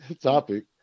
topic